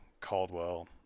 Caldwell